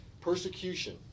Persecution